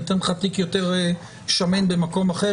שיקבל תיק שמן יותר במקום אחר.